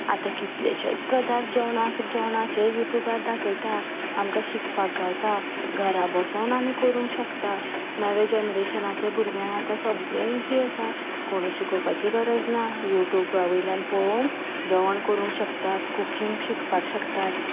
आतां कितलेशेच पदार्त जेवणाक जेवणाचे यूट्युबार दाखयता आमकां शिकपाक गावता घरा बसून आमी करूंक शकता नवे जनरेशनाच्या भुरग्यांक आतां सगलें इजी आसा कोणें शिकोवपाची गरज ना यूट्युबा वयल्यान पळोवन जेवण करूंक शकता कुकींग शिकपाक शकतात